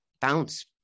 bounce